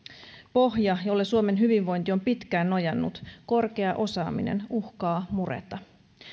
pohja jolle suomen hyvinvointi on pitkään nojannut korkea osaaminen uhkaa mureta